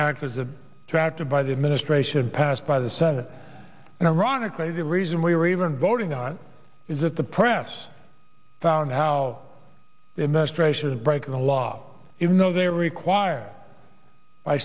act was a tactic by the administration passed by the senate and ironically the reason we're even voting on it is that the press found how the administration is breaking the law even though they are required by